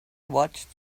watched